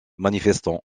manifestants